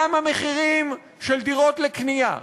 גם המחירים של דירות לקנייה,